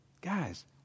Guys